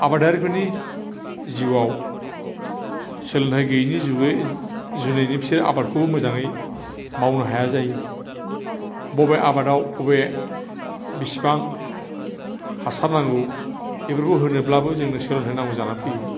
आबादारिफोरनि जिउआव सोलोंथाय गैयिनि जुनैनो बिसोरो आबादखौबो मोजाङै मावनो हाया जायो बबे आबादाव बबे बेसेबां हासार नांगौ बेफोरखौ होनोब्लाबो जोंनो सोलोंथाय नांगौ जानानै फैयो